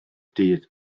dydd